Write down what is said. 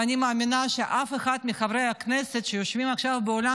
ואני מאמינה שאף אחד מחברי הכנסת שיושבים עכשיו באולם